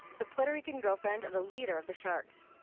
the puerto rican girlfriend of the leader of the sharks.